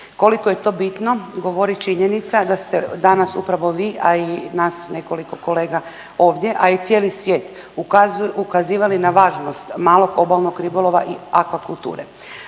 Koliko je to bitno govori činjenica da ste danas upravo vi, a i nas nekoliko kolega ovdje, a i cijeli svijet, ukazivali na važnost malog obalnog ribolova i akvakulture.